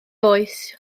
oes